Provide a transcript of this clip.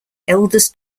eldest